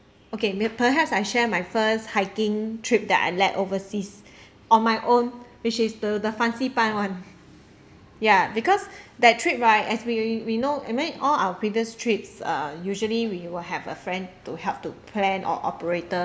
okay me perhaps I share my first hiking trip that I led overseas on my own which is the the fansipan one ya because that trip right as we we know I mean all our previous trips uh usually we will have a friend to help to plan or operator